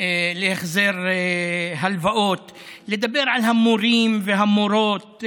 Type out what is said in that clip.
להחזר הלוואות, לדבר על המורים והמורות,